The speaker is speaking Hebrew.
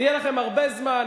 יהיה לכם הרבה זמן